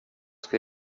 ska